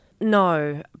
No